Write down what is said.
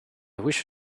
wish